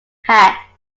hacks